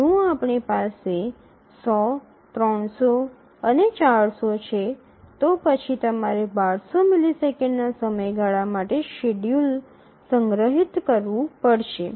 જો આપણી પાસે ૧00 ૩00 અને ૪00 છે તો પછી તમારે ૧૨00 મિલિસેકન્ડના સમયગાળા માટેનું શેડ્યૂલ સંગ્રહિત કરવું પડશે